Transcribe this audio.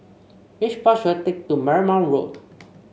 which bus should I take to Marymount Road